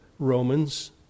Romans